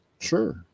Sure